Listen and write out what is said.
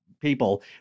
people